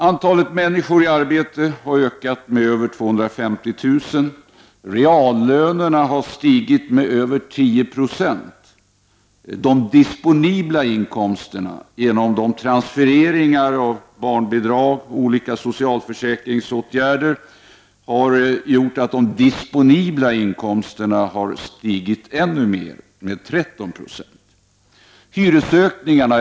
Antalet människor i arbete har ökat med över 250 000. Reallönerna har stigit med över 10 90. Transfereringar, barnbidrag och olika socialförsäkringsåtgärder, har gjort att de disponibla inkomsterna har stigit ännu mer, med 13 96.